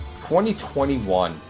2021